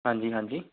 ਹਾਂਜੀ ਹਾਂਜੀ